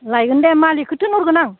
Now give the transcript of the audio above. लायगोन दे मालिकखौ थिनहरगोन आं